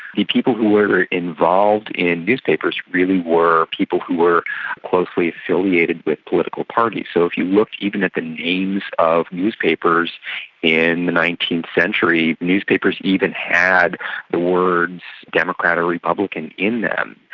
the people who were involved in newspapers really were people who were closely affiliated with political parties. so if you look even at the names of newspapers in the nineteenth century, newspapers even had the words democrat or republican in them.